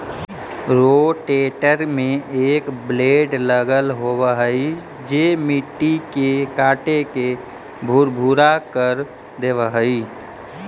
rotator में एक blade लगल होवऽ हई जे मट्टी के काटके भुरभुरा कर देवऽ हई